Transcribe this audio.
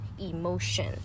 emotion